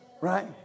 Right